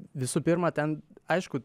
visų pirma ten aišku